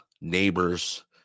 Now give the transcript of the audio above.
neighbors